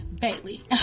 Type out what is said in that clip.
Bailey